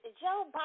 Joe